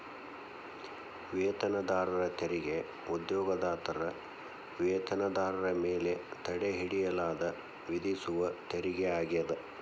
ವೇತನದಾರರ ತೆರಿಗೆ ಉದ್ಯೋಗದಾತರ ವೇತನದಾರರ ಮೇಲೆ ತಡೆಹಿಡಿಯಲಾದ ವಿಧಿಸುವ ತೆರಿಗೆ ಆಗ್ಯಾದ